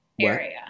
area